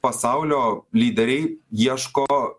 pasaulio lyderiai ieško